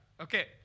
Okay